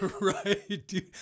right